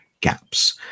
gaps